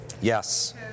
Yes